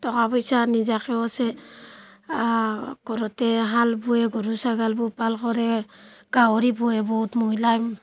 টকা পইচা নিজাকেও আছে ঘৰতে শাল বয় গৰু ছাগল পোহপাল কৰে গাহৰি পুহে বহুত মহিলাই